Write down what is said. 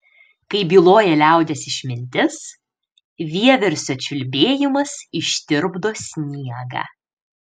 kaip byloja liaudies išmintis vieversio čiulbėjimas ištirpdo sniegą